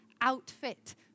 outfit